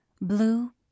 Blue